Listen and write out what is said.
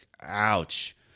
ouch